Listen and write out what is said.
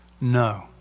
No